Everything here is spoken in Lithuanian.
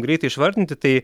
greitai išvardinti tai